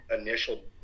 initial